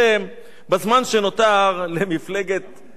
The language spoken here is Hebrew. למפלגת מרצ,